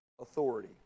authority